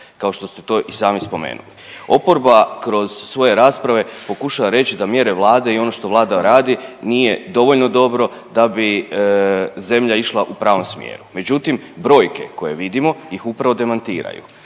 kao što ste to i sami spomenuli. Oporba kroz svoje rasprava pokušava reći da mjere Vlade i ono što Vlada radi nije dovoljno dobro da bi zemlja išla u pravom smjeru, međutim, brojke koje vidimo ih upravo demantiraju.